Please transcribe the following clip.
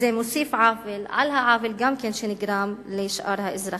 וזה מוסיף עוול על העוול שנגרם לשאר האזרחים.